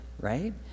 right